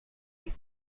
you